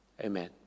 Amen